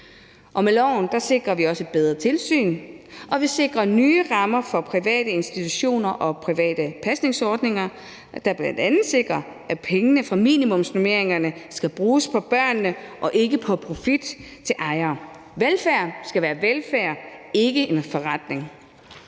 med loven sikrer vi også et bedre tilsyn, og vi sikrer nye rammer for private institutioner og private pasningsordninger, der bl.a. sikrer, at pengene fra minimumsnormeringerne skal bruges på børnene og ikke på profit til ejere. Velfærd skal være velfærd, ikke en forretning.